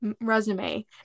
resume